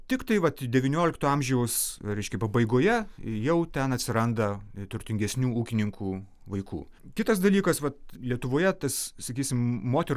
tiktai vat devyniolikto amžiaus reiškia pabaigoje jau ten atsiranda neturtingesnių ūkininkų vaikų kitas dalykas vat lietuvoje tas sakysim moterų